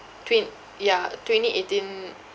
twen~ ya twenty eighteen